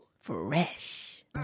fresh